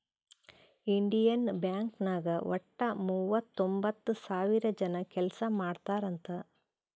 Indian bank ನಾಗ್ ವಟ್ಟ ಮೂವತೊಂಬತ್ತ್ ಸಾವಿರ ಜನ ಕೆಲ್ಸಾ ಮಾಡ್ತಾರ್ ಅಂತ್